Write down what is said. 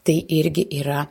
tai irgi yra